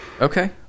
Okay